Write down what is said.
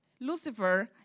Lucifer